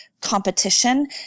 competition